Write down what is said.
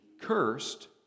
cursed